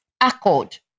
accord